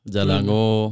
Jalango